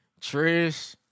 Trish